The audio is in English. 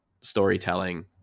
storytelling